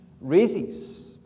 raises